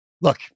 Look